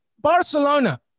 Barcelona